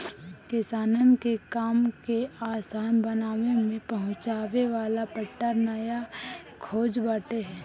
किसानन के काम के आसान बनावे में पहुंचावे वाला पट्टा नया खोज बाटे